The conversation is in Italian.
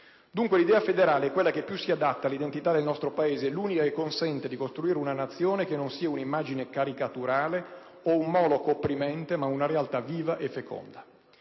Dunque l'idea federale è quella che più si adatta alla identità del nostro Paese, l'unica che consente di costruire una Nazione che non sia un'immagine caricaturale o un Moloch opprimente ma una realtà viva e feconda.